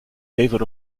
david